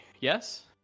yes